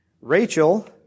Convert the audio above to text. Rachel